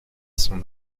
son